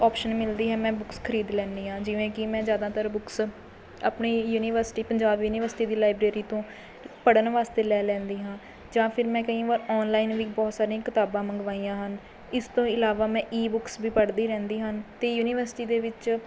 option ਮਿਲਦੀ ਹੈ ਮੈਂ ਬੁਕਸ ਖਰੀਦ ਲੈਦੀ ਆਂ ਜਿਵੇਂ ਕਿ ਮੈਂ ਜਿਆਦਾਤਰ ਬੁਕਸ ਆਪਣੀ ਯੂਨੀਵਰਸਿਟੀ ਪੰਜਾਬ ਯੂਨੀਵਰਸਿਟੀ ਦੀ ਲਾਇਬਰੇਰੀ ਤੋਂ ਪੜ੍ਹਨ ਵਾਸਤੇ ਲੈ ਲੈਂਦੀ ਹਾਂ ਜਾਂ ਫਿਰ ਮੈਂ ਕਈ ਵਾਰ ਔਨਲਾਈਨ ਵੀ ਬਹੁਤ ਸਾਰੀਆਂ ਕਿਤਾਬਾਂ ਮੰਗਵਾਈਆਂ ਹਨ ਇਸ ਤੋਂ ਇਲਾਵਾ ਮੈਂ ਈ ਬੁੱਕਸ ਵੀ ਪੜ੍ਹਦੀ ਰਹਿੰਦੀ ਹਾਂ ਅਤੇ ਯੂਨੀਵਰਸਿਟੀ ਦੇ ਵਿੱਚ